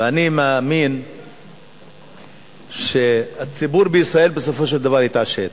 אני מאמין שהציבור בישראל בסופו של דבר יתעשת,